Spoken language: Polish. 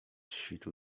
świtu